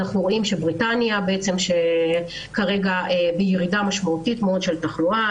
אנחנו רואים שבריטניה נמצאת בירידה משמעותית מאוד בתחלואה,